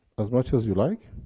as much as you like,